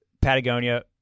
Patagonia